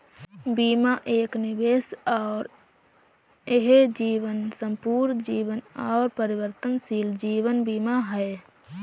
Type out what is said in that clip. बीमा एक निवेश है और यह जीवन, संपूर्ण जीवन और परिवर्तनशील जीवन बीमा है